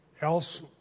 else